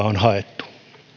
on haettu